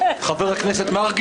הישיבה ננעלה בשעה